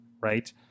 Right